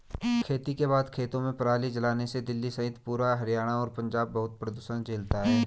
खेती के बाद खेतों में पराली जलाने से दिल्ली सहित पूरा हरियाणा और पंजाब बहुत प्रदूषण झेलता है